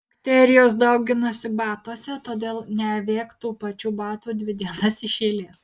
bakterijos dauginasi batuose todėl neavėk tų pačių batų dvi dienas iš eilės